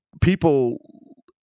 people